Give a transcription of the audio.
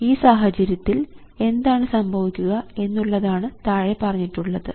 ഈ സാഹചര്യത്തിൽ എന്താണ് സംഭവിക്കുക എന്നുള്ളതാണ് താഴെ പറഞ്ഞിട്ടുള്ളത്